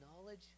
knowledge